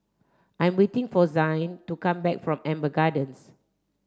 I'm waiting for Zayne to come back from Amber Gardens